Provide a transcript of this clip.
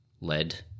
lead